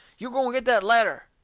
you go and get that ladder.